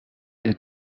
est